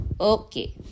Okay